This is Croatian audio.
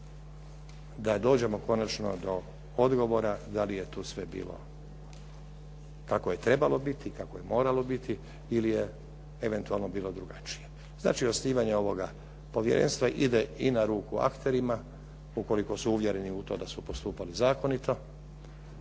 da dođemo konačno do odgovora da li je tu sve bilo kako je trebalo biti, kako je moral obiti ili je eventualno bilo drugačije. Znači osnivanje ovog povjerenstva ide i na ruku akterima ukoliko su uvjereni u to da su postupali zakonito